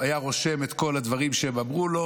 היה רושם את כל הדברים שהם אמרו לו,